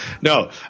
No